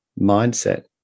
mindset